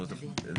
לא שמעתי.